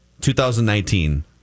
2019